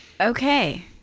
Okay